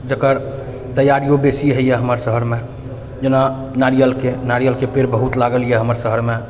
जेकर तैयारिओ बेसी होइए हमर शहरमे जेना नारियलके नारियलके पेड़ बहुत लागल अइ हमर शहरमे